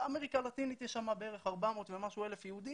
שבאמריקה הלטינית יש שם בערך 400,000 ומשהו יהודים,